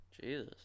Jesus